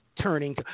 turning